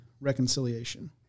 reconciliation